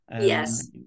Yes